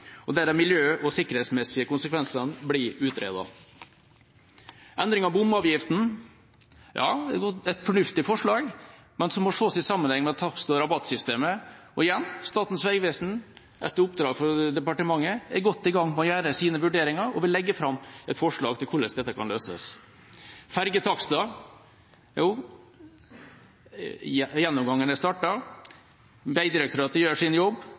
og der de miljø- og sikkerhetsmessige konsekvensene blir utredet. Endring av bomavgiften: Ja, det er et fornuftig forslag, men det må ses i sammenheng med takst- og rabattsystemet. Og igjen: Statens vegvesen er, etter oppdrag fra departementet, godt i gang med å gjøre sine vurderinger, og vil legge fram et forslag til hvordan dette kan løses. Ferjetakster: Jo, gjennomgangen er startet, Vegdirektoratet gjør sin jobb.